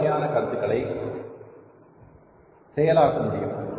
இந்த வகையான கருத்துக்களை செயலாக்க முடியும்